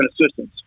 assistance